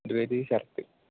shirt